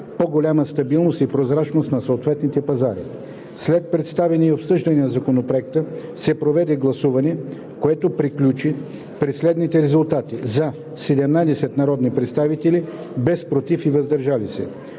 по-голяма стабилност и прозрачност на съответните пазари. След представяне и обсъждане на Законопроекта се проведе гласуване, което приключи при следните резултати: „за“ 17 народни представители, без „против“ и „въздържал се“.